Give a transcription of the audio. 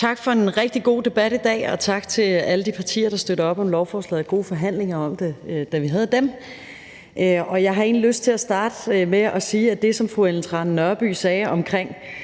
Tak for en rigtig god debat i dag, og tak til alle de partier, der støtter op om lovforslaget. Og tak for de gode forhandlinger om det, da vi havde dem. Jeg har egentlig lyst til at starte med at sige det, som fru Ellen Trane Nørby sagde, omkring,